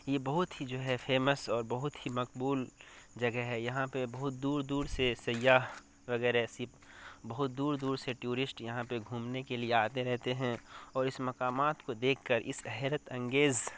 یہ بہت ہی جو ہے فیمس اور بہت ہی مقبول جگہ ہے یہاں پہ بہت دور دور سے سیاح وغیرہ سپ بہت دور دور سے ٹیورسٹ یہاں پہ گھومنے کے لیے آتے رہتے ہیں اور اس مقامات کو دیکھ کر اس حیرت انگیز